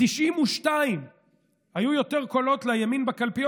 ב-1992 היו יותר קולות לימין בקלפיות